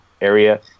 area